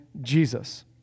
Jesus